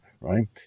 right